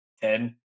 ten